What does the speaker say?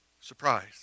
surprise